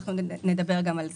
אנחנו נדבר גם על זה.